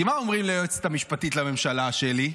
כי מה אומרים ליועצת המשפטית לממשלה, שלי?